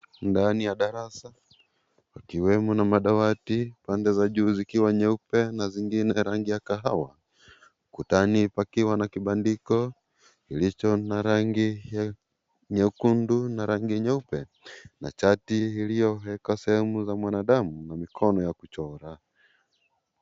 Ndani ya darasa, pakiwemo na madawati pande za juu zikiwa nyeupe na zingine rangi ya kahawa. Kutani pakiwa na kibandiko kilicho na rangi nyekundu na rangi nyeupe na chati iliyowekwa sehemu za mwanadamu, mkono ya kuchora.